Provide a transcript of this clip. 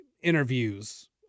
interviews